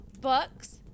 books